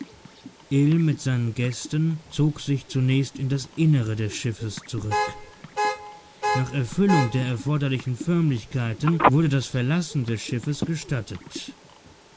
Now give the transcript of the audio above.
mit seinen gästen zog sich zunächst in das innere des schiffes zurück nach erfüllung der erforderlichen förmlichkeiten wurde das verlassen des schiffes gestattet